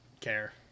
care